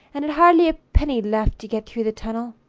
and had hardly a penny left to get through the tunnel.